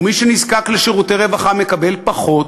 ומי שנזקק לשירותי רווחה מקבל פחות,